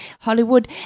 Hollywood